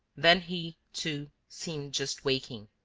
then he, too, seemed just waking.